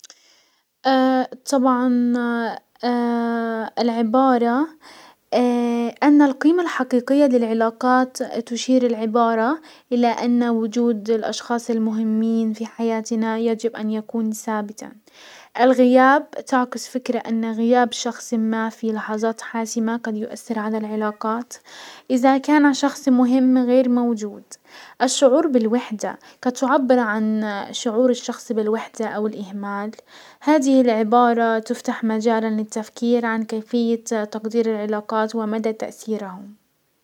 طبعا العبارة ان القيمة الحقيقية للعلاقات، تشير العبارة الى ان وجود الاشخاص المهمين في حياتنا يجب ان يكون سابتا ال- تعكس فكرة ان غياب شخص ما في لحزات حاسمة قد يؤثر على العلاقات. ازا كان شخص مهم غير موجود، الشعور بالوحدة قد تعبر عن شعور الشخص بالوحدة او الاهمال. هذه العبارة تفتح مجالا للتفكير عن كيفية تقدير العلاقات ومدى تأثيرهم.